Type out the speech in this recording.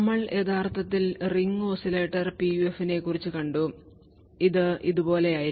നമ്മൾ യഥാർത്ഥത്തിൽ ring oscillator PUF നെക്കുറിച്ചു കണ്ടു ഇത് ഇതുപോലെയായിരുന്നു